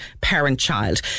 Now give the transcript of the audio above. parent-child